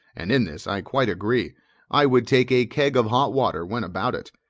and in this i quite agree i would take a keg of hot water, when about it.